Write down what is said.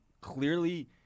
clearly